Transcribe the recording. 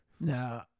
No